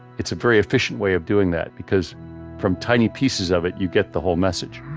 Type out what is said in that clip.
it's a very efficient way of doing that because from tiny pieces of it, you get the whole message.